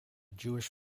jewish